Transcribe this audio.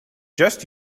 just